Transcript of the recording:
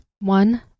One